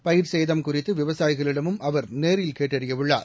பயிர்ச்சேதம் குறித்து விவசாயிகளிடமும் அவர் நேரில் கேட்டறிய உள்ளார்